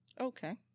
Okay